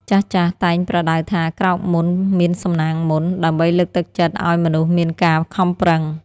ចាស់ៗតែងប្រដៅថា "ក្រោកមុនមានសំណាងមុន" ដើម្បីលើកទឹកចិត្តឱ្យមនុស្សមានការខំប្រឹង។